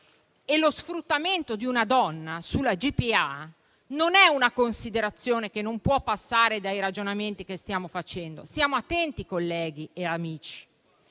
e lo sfruttamento di una donna su di essa non è una considerazione che non può passare dai ragionamenti che stiamo facendo. Stiamo attenti, colleghi e amici,